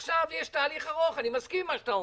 עכשיו יש תהליך ארוך, אני מסכים עם מה שאתה אומר.